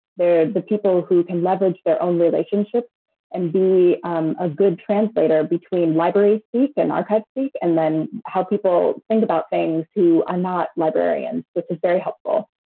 they are the people who can leverage their own relationships and be a good translator between library speak and archive speak and how people think about things who are not librarians, which is very helpful.